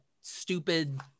stupid